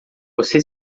você